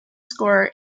scorer